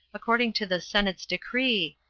according to the senate's decree,